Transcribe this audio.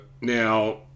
Now